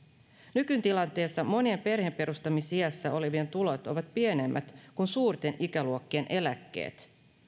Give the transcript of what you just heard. nykytilanteessa monien perheenperustamisiässä olevien tulot ovat pienemmät kuin suurten ikäluokkien eläkkeet